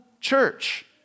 church